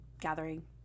gathering